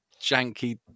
janky